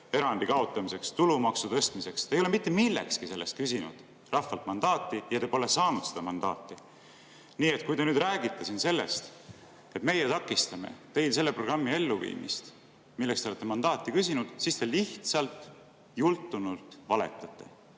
erandi kaotamiseks, tulumaksu tõstmiseks – te ei ole mitte millekski neist küsinud rahvalt mandaati ja te pole saanud seda mandaati. Nii et kui te nüüd räägite siin sellest, et meie takistame teil selle programmi elluviimist, milleks te olete mandaati küsinud, siis te lihtsalt jultunult valetate.